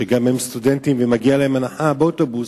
וגם הם סטודנטים ומגיעה להם הנחה באוטובוס.